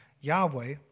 Yahweh